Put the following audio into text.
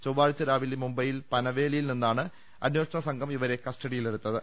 ചൊവ്വാഴ്ച രാവിലെ മുംബൈയിൽ പനവേ ലിയിൽ നിന്നാണ് അന്വേഷണസംഘം ഇവരെ കസ്റ്റഡിയിലെടു ത്തത്